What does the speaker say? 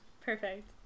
Perfect